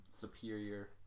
superior